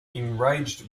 enraged